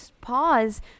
pause